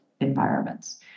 environments